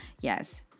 Yes